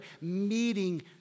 meeting